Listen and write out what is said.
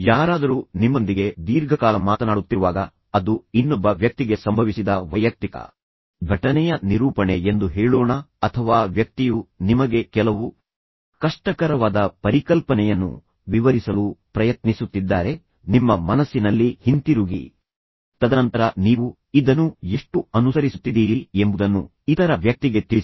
ಯಾರಾದರೂ ನಿಮ್ಮೊಂದಿಗೆ ದೀರ್ಘಕಾಲ ಮಾತನಾಡುತ್ತಿರುವಾಗ ಅದು ಇನ್ನೊಬ್ಬ ವ್ಯಕ್ತಿಗೆ ಸಂಭವಿಸಿದ ವೈಯಕ್ತಿಕ ಘಟನೆಯ ನಿರೂಪಣೆ ಎಂದು ಹೇಳೋಣ ಅಥವಾ ವ್ಯಕ್ತಿಯು ನಿಮಗೆ ಕೆಲವು ಕಷ್ಟಕರವಾದ ಪರಿಕಲ್ಪನೆಯನ್ನು ವಿವರಿಸಲು ಪ್ರಯತ್ನಿಸುತ್ತಿದ್ದಾರೆ ನಿಮ್ಮ ಮನಸ್ಸಿನಲ್ಲಿ ಹಿಂತಿರುಗಿ ತದನಂತರ ನೀವು ಇದನ್ನು ಎಷ್ಟು ಅನುಸರಿಸುತ್ತಿದ್ದೀರಿ ಎಂಬುದನ್ನು ಇತರ ವ್ಯಕ್ತಿಗೆ ತಿಳಿಸಿ